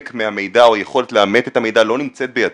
מהמידע או היכולת לאמת את המידע לא נמצאת בידינו.